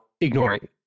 ignoring